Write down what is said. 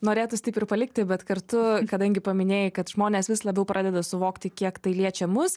norėtųsi taip ir palikti bet kartu kadangi paminėjai kad žmonės vis labiau pradeda suvokti kiek tai liečia mus